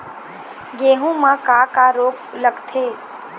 गेहूं म का का रोग लगथे?